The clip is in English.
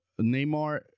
Neymar